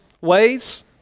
ways